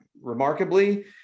Remarkably